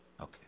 Okay